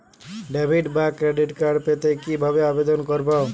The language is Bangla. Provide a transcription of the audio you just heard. ডেবিট বা ক্রেডিট কার্ড পেতে কি ভাবে আবেদন করব?